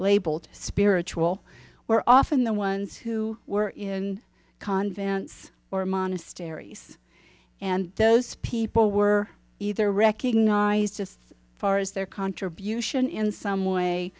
labelled spiritual were often the ones who were in convents or monasteries and those people were either recognized as far as their contribution in some way